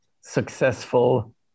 successful